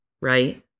right